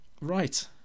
right